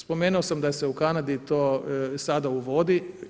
Spomenuo sam da se u Kanadi to sada uvodi.